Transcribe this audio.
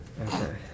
Okay